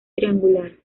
triangular